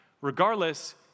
Regardless